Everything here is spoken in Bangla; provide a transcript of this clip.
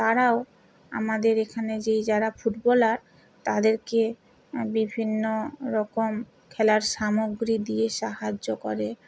তারাও আমাদের এখানে যেই যারা ফুটবলার তাদেরকে বিভিন্ন রকম খেলার সামগ্রী দিয়ে সাহায্য করে